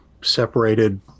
separated